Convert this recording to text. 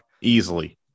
easily